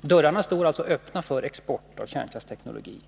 Dörrarna står alltså öppna för export av kärnkraftsteknologi.